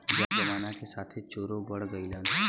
जमाना के साथे चोरो बढ़ गइलन